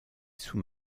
sous